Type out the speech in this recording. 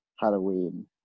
Halloween